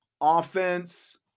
offense